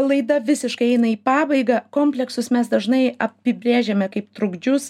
laida visiškai eina į pabaigą kompleksus mes dažnai apibrėžiame kaip trukdžius